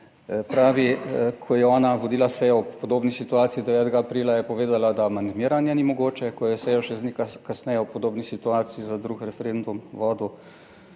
Pravi, ko je ona vodila sejo ob podobni situaciji 9. aprila, je povedala, da amandmiranja ni mogoče, ko je sejo še kasneje v podobni situaciji za drug referendum vodil